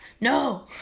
No